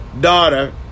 daughter